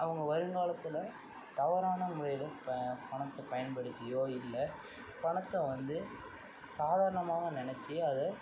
அவங்க வருங்காலத்தில் தவறான முறையில் பணத்தை பயன்படுத்தியோ இல்லை பணத்தை வந்து சாதாரணமாகவும் நெனச்சு அதை